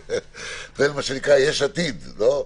זה מה שנקרא "יש עתיד", לא?